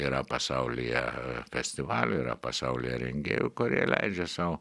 yra pasaulyje festivalių yra pasaulyje rengėjų kurie leidžia sau